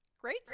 Great